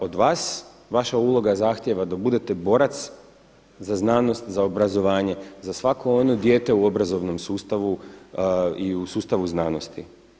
Od vas vaša uloga zahtijeva da budete borac za znanost, za obrazovanje, za svako ono dijete u obrazovnom sustavu i u sustavu znanosti.